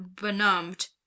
benumbed